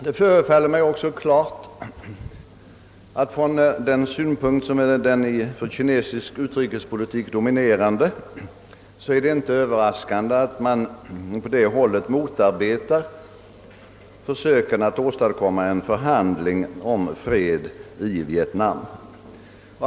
Det förefaller mig också klart att det ur den synpunkt, som är den för kinesisk utrikespolitik dominerande, inte är överraskande att man på det hållet motarbetar försöken att åstadkomma förhandlingar om fred i Vietnam.